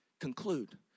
conclude